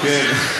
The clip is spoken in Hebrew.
כן,